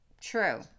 True